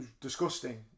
disgusting